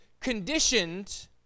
conditioned